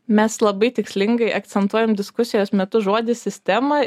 mes labai tikslingai akcentuojam diskusijos metu žodį sistema